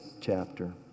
chapter